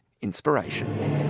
inspiration